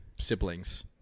siblings